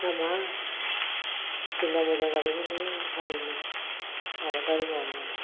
दा महा दिना मोजां जाबायमोनलै हालएवनो आबादारि मावनो